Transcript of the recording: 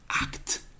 act